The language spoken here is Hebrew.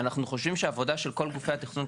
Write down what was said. אנחנו חושבים שהעבודה של כל גופי התכנון,